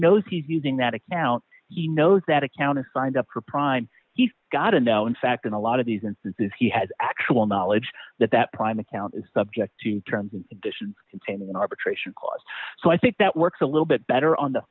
knows he's using that account he knows that account is signed up for prime he's got to know in fact in a lot of these instances he has actual knowledge that that prime account is subject to the terms and conditions contained in arbitration clause so i think that works a little bit better on the